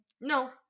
No